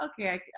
okay